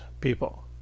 people